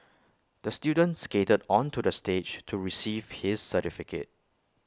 the student skated onto the stage to receive his certificate